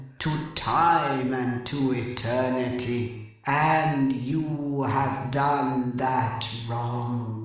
to time and to eternity. and you have done that wrong